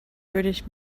british